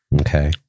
Okay